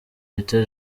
bita